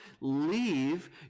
Leave